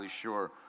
sure